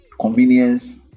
Convenience